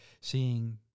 seeing